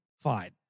Fine